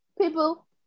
People